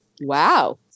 wow